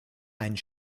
einen